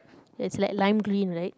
it's like lime green right